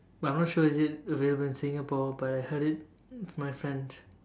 but I'm not sure is it available in Singapore but I heard it from my friends